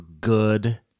good